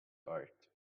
art